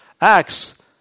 Acts